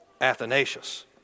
Athanasius